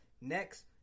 Next